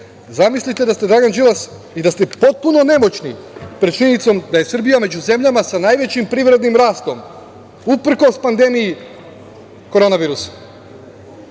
Zamislite da ste Dragan Đilas i da ste potpuno nemoćni pred činjenicom da je Srbija među zemljama sa najvećim privrednim rastom uprkos pandemiji korona virusa.